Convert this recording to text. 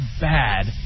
bad